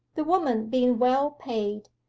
the woman, being well paid,